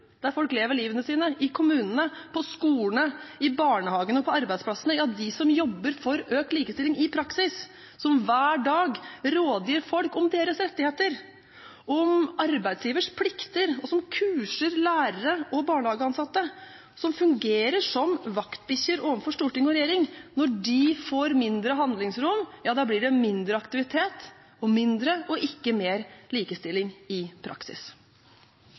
der folk bor, der folk lever livene sine, i kommunene, på skolene, i barnehagene og på arbeidsplassene, de som jobber for økt likestilling i praksis, som hver dag rådgir folk om deres rettigheter, om arbeidsgivers plikter, som kurser lærere og barnehageansatte, og som fungerer som vaktbikkjer overfor storting og regjering – når de får mindre handlingsrom, blir det mindre aktivitet, og mindre, ikke mer, likestilling i praksis.